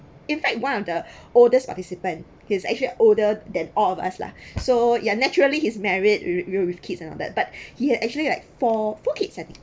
in fact one of the oldest participant he's actually older than all of us lah so ya naturally he's married with with kids and all that but he had actually like four four kids I think